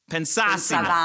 Pensassimo